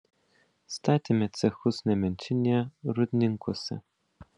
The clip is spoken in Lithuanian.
statėme cechus nemenčinėje rūdninkuose